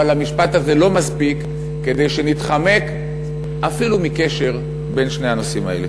אבל המשפט הזה לא מספיק כדי שנתחמק אפילו מקשר בין שני הנושאים האלה.